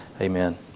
Amen